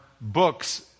books